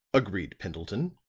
agreed pendleton.